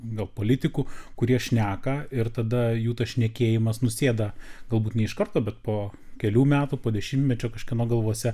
gal politikų kurie šneka ir tada jų tas šnekėjimas nusėda galbūt ne iš karto bet po kelių metų po dešimtmečio kažkieno galvose